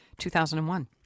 2001